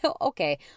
okay